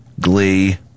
Glee